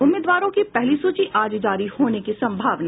उम्मीदवारों की पहली सूची आज जारी होने की संभावना